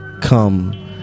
come